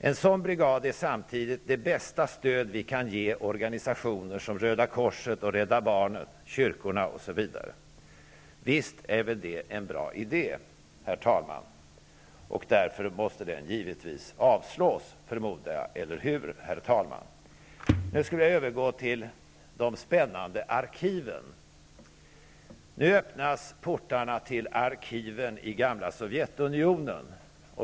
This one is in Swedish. En sådan brigad är samtidigt det bästa stöd vi kan ge organisationer som Röda korset, Rädda barnen, kyrkorna osv. Visst är det väl en bra idé, herr talman? Därför måste den givetvis avslås, förmodar jag. Eller hur, herr talman? Nu skall jag övergå till de spännande arkiven. Nu öppnas portarna till arkiven i gamla Sovjetunionen.